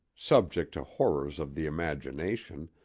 subject to horrors of the imagination,